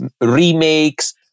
remakes